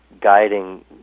guiding